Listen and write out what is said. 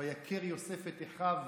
"ויכר יוסף את אחיו",